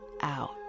out